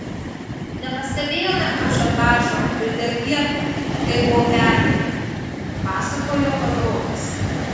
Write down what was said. nepastebėjome ažiotažo ir dėl vietų kaip buvo pernai pasakojo vadovas